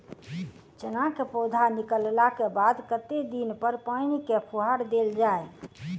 चना केँ पौधा निकलला केँ बाद कत्ते दिन पर पानि केँ फुहार देल जाएँ?